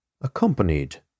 accompanied